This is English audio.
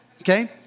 okay